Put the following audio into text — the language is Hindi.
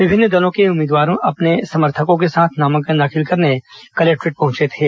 विभिन्न दलों के उम्मीदवार अपने समर्थकों के साथ नामांकन दाखिल करने कलेक्टोरेट पहुंचे थे